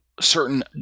certain